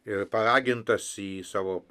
ir paragintas į savo